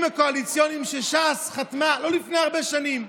הקואליציוניים שש"ס חתמה עליהם לא לפני הרבה שנים,